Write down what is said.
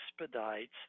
expedites